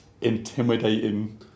intimidating